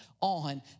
on